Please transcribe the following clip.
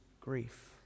grief